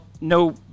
no